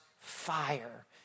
fire